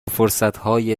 فرصتهای